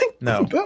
No